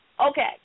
Okay